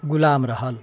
गुलाम रहल